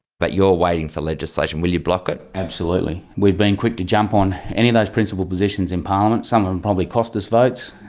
but you're waiting for legislation. will you block it? absolutely. we've been quick to jump on any of those principled positions in parliament. some of them probably cost us votes,